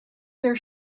their